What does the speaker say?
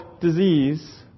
disease